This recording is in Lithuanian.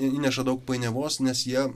įneša daug painiavos nes jie